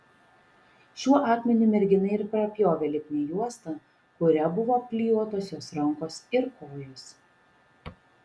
šiuo akmeniu mergina ir prapjovė lipnią juostą kuria buvo apklijuotos jos rankos ir kojos